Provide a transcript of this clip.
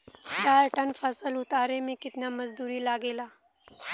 चार टन फसल उतारे में कितना मजदूरी लागेला?